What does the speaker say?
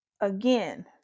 again